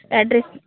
address